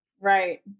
Right